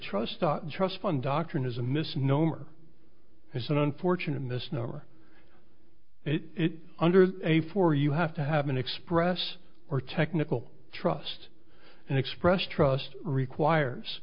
our trust fund doctrine is a misnomer it's an unfortunate misnomer it under a four you have to have an express or technical trust and express trust requires